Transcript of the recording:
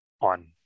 on